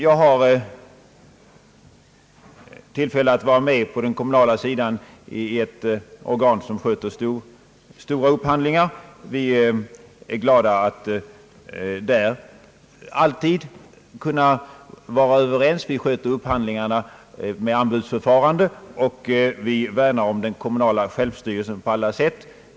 Jag har tillfälle att vara med i ett organ på den kommunala sidan som sköter stora upphandlingar. Vi är glada över att där alltid kunna vara överens. Vi sköter upphandlingarna med anbudsförfarande, och vi värnar på alla sätt om den kommunala självstyrelsen.